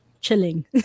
chilling